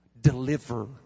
Deliver